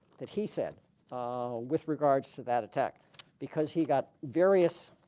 that he said with regards to that attack because he got various